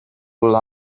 would